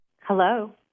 Hello